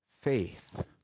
faith